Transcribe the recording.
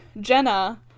jenna